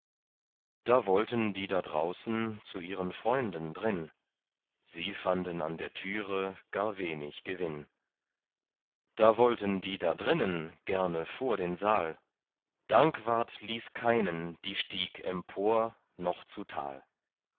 da wollten die da draußen zu ihren freunden drin sie fanden an der türe gar wenig gewinn da wollten die da drinnen gerne vor den saal dankwart ließ keinen die stieg empor noch zutal